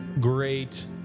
great